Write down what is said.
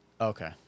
Okay